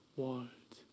world